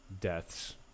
deaths